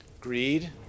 GREED